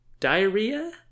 Diarrhea